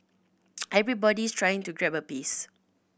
everybody's trying to grab a piece